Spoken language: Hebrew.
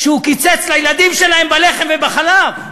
שהוא קיצץ לילדים שלהם בלחם ובחלב.